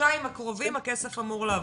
בחודשיים הקרובים הכסף אמור לעבור.